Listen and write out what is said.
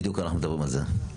בדיוק אנחנו מדברים על זה.